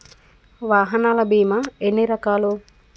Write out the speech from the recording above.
వాహనాల బీమా ఎన్ని రకాలు?